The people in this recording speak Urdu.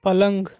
پلنگ